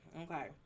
Okay